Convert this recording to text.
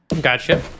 Gotcha